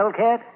Hellcat